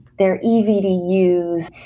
they're easy to use.